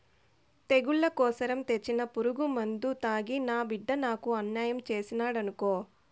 తెగుళ్ల కోసరం తెచ్చిన పురుగుమందు తాగి నా బిడ్డ నాకు అన్యాయం చేసినాడనుకో